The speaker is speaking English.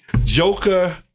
Joker